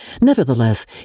Nevertheless